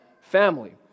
family